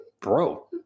bro